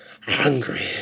hungry